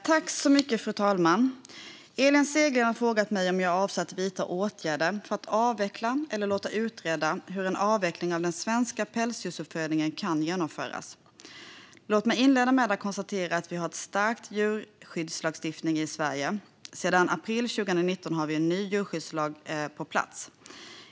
Fru talman! Elin Segerlind har frågat mig om jag avser att vidta åtgärder för att avveckla den svenska pälsdjursuppfödningen eller låta utreda hur en avveckling av denna kan genomföras. Låt mig inleda med att konstatera att vi har en stark djurskyddslagstiftning i Sverige. Sedan april 2019 har vi en ny djurskyddslag på plats.